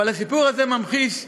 אבל הסיפור הזה ממחיש,